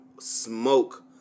smoke